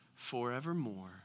forevermore